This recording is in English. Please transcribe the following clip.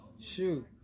Shoot